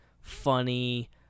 funny